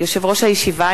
יושב-ראש הישיבה,